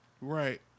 Right